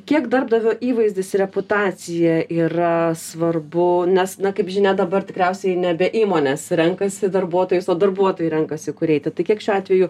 kiek darbdavio įvaizdis reputacija yra svarbu nes kaip žinia dabar tikriausiai nebe įmonės renkasi darbuotojus o darbuotojai renkasi kur eiti tai kiek šiuo atveju